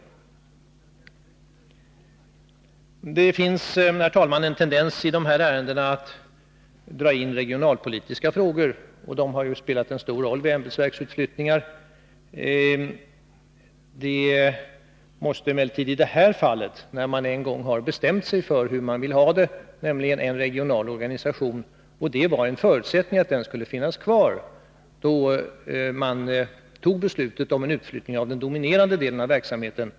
Det finns, herr talman, en tendens i de här ärendena att dra in regionalpolitiska frågor. De har spelat en stor roll vid ämbetsverksutflyttningar. Man har nu en gång bestämt sig för att ha en regional organisation. Det var en förutsättning för att en del av verksamheten skulle bli kvar när man fattade beslutet om en utflyttning av den dominerande delen av verksamheten.